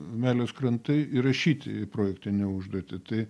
meilės krantai įrašyti į projektinę užduotį tai